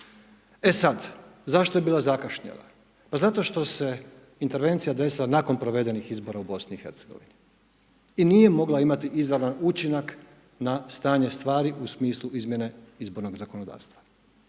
E sad, zašto je bila zakašnjela, pa zato što se intervencija desila nakon provedenih izbora u BiH i nije mogla imati izravan učinak na stanje stvari u smislu izmjene izbornog zakonodavstva.